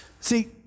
See